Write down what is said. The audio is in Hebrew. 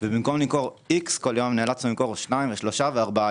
ובמקום למכור X כל יום, נאלצנו למכור X2, 3X ו-X4.